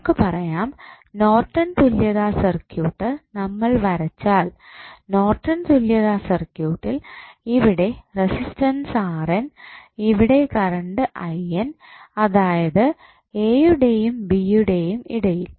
നമുക്ക് പറയാം നോർട്ടൺ തുല്യതാ സർക്യൂട്ട് നമ്മൾ വരച്ചാൽ നോർട്ടൺ തുല്യതാ സർക്യൂട്ടിൽ ഇവിടെ റെസിസ്റ്റൻസ് ഇവിടെ കറണ്ട് അതായത് a യുടെയും b യുടെയും ഇടയിൽ